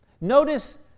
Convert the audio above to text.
Notice